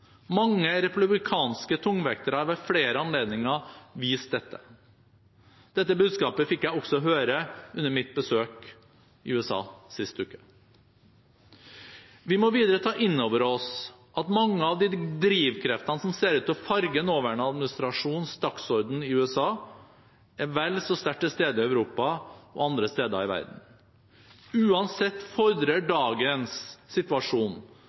Mange republikanske tungvektere har ved flere anledninger vist dette. Dette budskapet fikk jeg også høre under mitt besøk i USA sist uke. Vi må videre ta inn over oss at mange av de drivkreftene som ser ut til å farge nåværende administrasjons dagsorden i USA, er vel så sterkt til stede i Europa og andre steder i verden. Uansett fordrer dagens situasjon